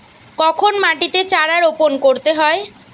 কখন মাটিতে চারা রোপণ করতে হয়?